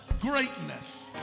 greatness